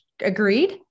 agreed